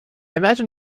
imagine